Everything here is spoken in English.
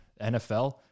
NFL